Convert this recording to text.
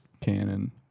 canon